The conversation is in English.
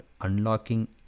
Unlocking